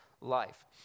life